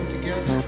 together